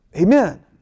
Amen